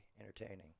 entertaining